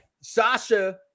Sasha